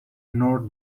nor